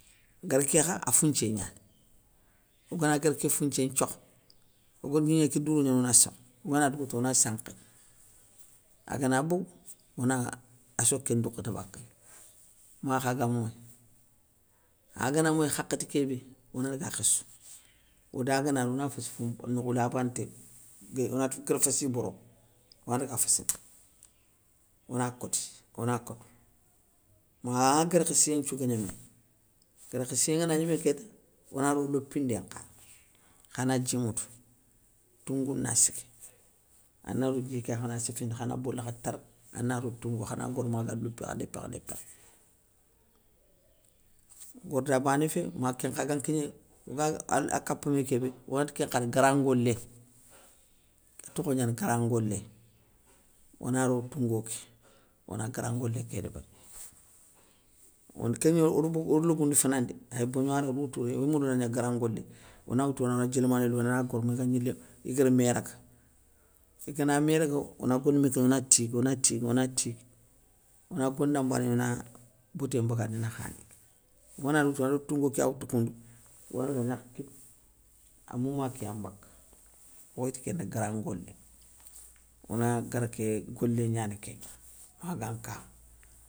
Gara kékha afounthié gnani, ogana gara ké founthié nthiokho, ogar gnigné ké douro gna ona samp oganadougouta ona saankhéy, agana bogou, ona a soké ndougouta bakéy, makha ga moyi, agana moyi hakhéti kébé, ona daga khéssou, odaga na ri ona féssi fomp, nokhou labanté gué onati guér féssi boro, ona daga féssi no. Ona koti, ona kotou, maa guér khéssiyé nthiou ga gnémé, guér khéssiyé ngana gnémé kéta, ona ro lopindé nkha, khana dji ŋwoutou, toungou na sigui, anaro djiké, khana séfindi khana boli kha tarr, anaro toungo khana goro maga lopi, kha lépakha lépakha. Gorda bané fé ma kénkha gan kigné oga akapa mé kébé, onati kén nkha da gran ngolé, kén ntokho gnani gran ngolé. Ona ro toungo ké, ona gran ngolé ké débéri. Od kégni od bogue od logoundou fanandé ay bégnouwara, od woutou oy moule ona gna gran ngoléŋa, ona woutou ona dji lamané lonéy, ona goro maga gnilé igara mé raga, igana mé raga, ona gondomé ké ona tigui ona tigui ona tigui, ona gonda mbané gna ona boté mbagandi nakhané ké, oganadougouta ona do toungo kéya woutou koundou, onadaga gnakh kip, amouma kéya mbaka, oy ti kénda gran ngolé, ona gra ké golé gnanikénŋa maga nkawa.